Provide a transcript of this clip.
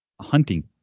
Hunting